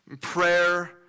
prayer